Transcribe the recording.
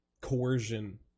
coercion